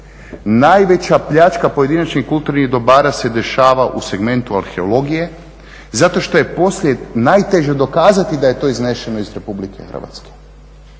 Najveća pljačka pojedinačnih kulturnih dobara se dešava u segmentu arheologije zato što je poslije najteže dokazati da je to iznešeno iz Republike Hrvatske.